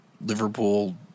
Liverpool